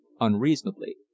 unreasonably